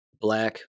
Black